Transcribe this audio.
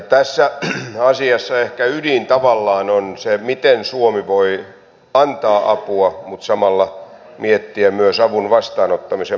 tässä asiassa ehkä ydin tavallaan on se miten suomi voi antaa apua mutta samalla voi miettiä myös avun vastaanottamisen mahdollisuutta